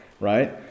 right